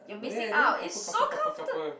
you're missing out it's so comforta~